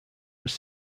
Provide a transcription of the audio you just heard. was